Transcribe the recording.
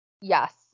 Yes